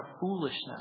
foolishness